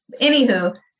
Anywho